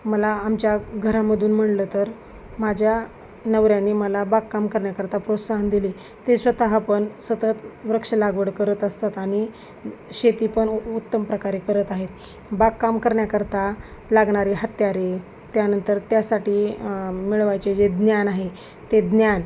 मला आमच्या घरामधून म्हटलं तर माझ्या नवऱ्यानी मला बागकाम करण्याकरिता प्रोत्साहन दिले ते स्वतः पण सतत वृक्ष लागवड करत असतात आणि शेतीपण उत्तम प्रकारे करत आहेत बागकाम करण्याकरिता लागणारे हत्यारे त्यानंतर त्यासाठी मिळवायचे जे ज्ञान आहे ते ज्ञान